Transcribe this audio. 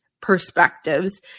perspectives